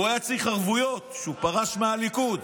הוא היה צריך ערבויות כשהוא פרש מהליכוד.